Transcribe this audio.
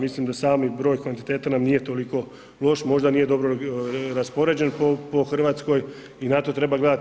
Mislim da sami broj kvantiteta nam nije toliko loš, možda nije dobro raspoređen po Hrvatskoj i na to treba gledati.